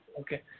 Okay